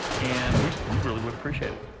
and we we really would appreciate it.